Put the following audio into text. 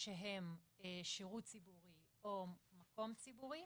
שהם שירות ציבורי או מקום ציבורי